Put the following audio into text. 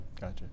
Gotcha